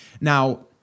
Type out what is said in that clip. Now-